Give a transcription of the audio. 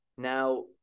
Now